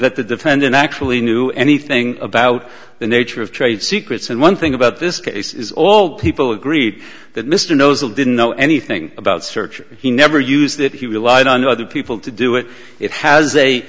that the defendant actually knew anything about the nature of trade secrets and one thing about this case is all people agreed that mr knows and didn't know anything about search he never used it he relied on other people to do it it has a